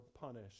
punish